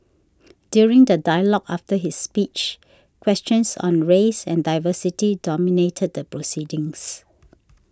during the dialogue after his speech questions on race and diversity dominated the proceedings